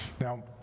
Now